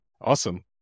Awesome